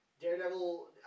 Daredevil